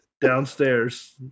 downstairs